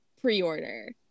pre-order